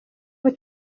ubu